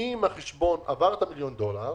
אם החשבון עבר את המיליון דולר,